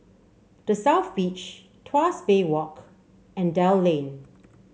The South Beach Tuas Bay Walk and Dell Lane